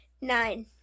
Nine